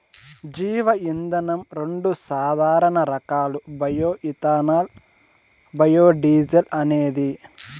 జీవ ఇంధనం రెండు సాధారణ రకాలు బయో ఇథనాల్, బయోడీజల్ అనేవి